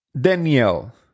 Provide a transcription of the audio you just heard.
Danielle